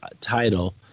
title